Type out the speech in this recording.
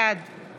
בעד